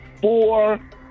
four